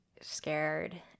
scared